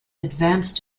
advanced